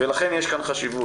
לכן יש כאן חשיבות.